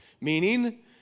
Meaning